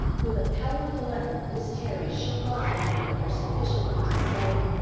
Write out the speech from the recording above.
with a powerful effort miss terry shook off her nightmare sufficiently to say,